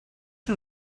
you